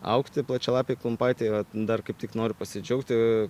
augti plačialapei klumpaitei ir dar kaip tik noriu pasidžiaugti